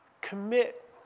commit